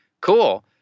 cool